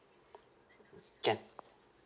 can